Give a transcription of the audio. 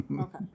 Okay